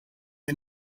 the